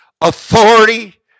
authority